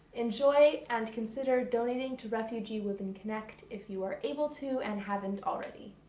enjoy, and consider donating to refugee women connect if you are able to and haven't already.